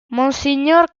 monsignor